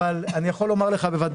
אבל אני יכול לומר בוודאות